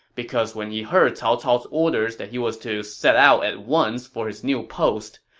because when he heard cao cao's orders that he was to set out at once for his new post,